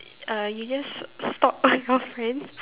uh you just stalk all your friends